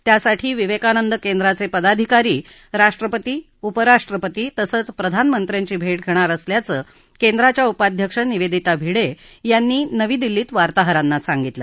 त्यासाठी विवेकानंद केंद्राचे पदाधिकारी राष्ट्रपती उपरराष्ट्रपती तसंच प्रधानमंत्र्यांची भेट घेणार असल्याचं केंद्राच्या उपाध्यक्ष निवेदिता भिडे यांनी नवी दिल्लीत वार्ताहरांना सांगितलं